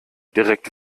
direkt